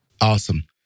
Awesome